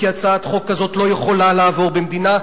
כי הצעת חוק כזאת לא יכולה לעבור במדינה,